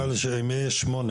מעל שש, ואם יש שמונה,